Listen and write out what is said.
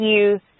use